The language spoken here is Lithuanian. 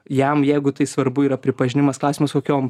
jam jeigu tai svarbu yra pripažinimas klausimas kokiom